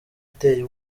iteye